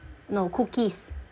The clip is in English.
no cookies